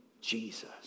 Jesus